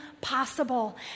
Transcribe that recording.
possible